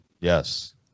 Yes